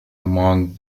among